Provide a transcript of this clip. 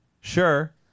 Sure